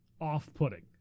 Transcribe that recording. off-putting